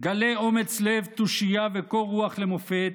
גלה אומץ לב, תושייה וקור רוח למופת.